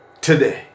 today